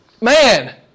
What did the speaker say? man